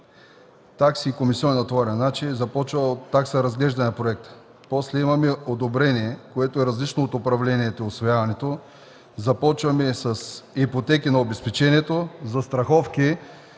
такси и комисиони е натоварен. Започва от такса разглеждане на проекта, после имаме одобрение, което е различно от управлението и усвояването, започваме с ипотеки на обезпечението, застраховки,